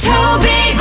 Toby